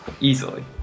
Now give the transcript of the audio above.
Easily